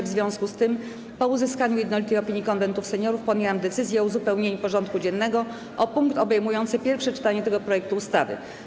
W związku z tym, po uzyskaniu jednolitej opinii Konwentu Seniorów, podjęłam decyzję o uzupełnieniu porządku dziennego o punkt obejmujący pierwsze czytanie tego projektu ustawy.